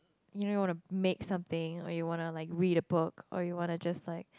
you know wanna make something or you wanna like read a book or you wanna just like